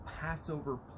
passover